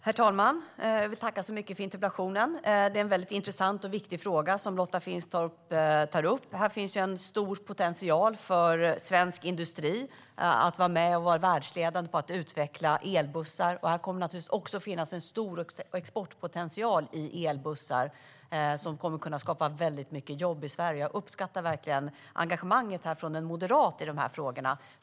Herr talman! Jag vill tacka så mycket för interpellationen. Det är en mycket intressant och viktig fråga Lotta Finstorp tar upp. Här finns en stor potential för svensk industri att vara med och vara världsledande på att utveckla elbussar. Det kommer naturligtvis även att finnas en stor exportpotential i elbussar, vilket kommer att kunna skapa mycket jobb i Sverige. Jag uppskattar verkligen engagemanget från en moderat i de här frågorna.